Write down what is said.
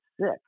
sick